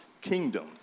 kingdom